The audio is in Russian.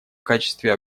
качестве